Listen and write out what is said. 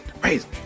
praise